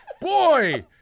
Boy